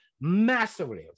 massively